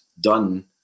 done